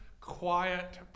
quiet